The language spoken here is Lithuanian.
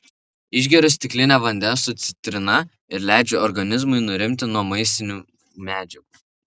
išgeriu stiklinę vandens su citrina ir leidžiu organizmui nurimti nuo maistinių medžiagų